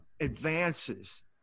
advances